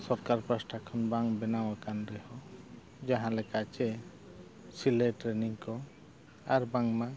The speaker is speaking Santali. ᱥᱚᱨᱠᱟᱨ ᱯᱟᱥᱴᱟ ᱠᱷᱚᱱ ᱵᱟᱝ ᱵᱮᱱᱟᱣ ᱟᱠᱟᱱ ᱨᱮᱦᱚᱸ ᱡᱟᱦᱟᱸᱞᱮᱠᱟ ᱥᱮ ᱥᱤᱞᱟᱭ ᱴᱨᱮᱱᱤᱝ ᱠᱚ ᱟᱨ ᱵᱟᱝᱢᱟ